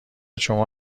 شما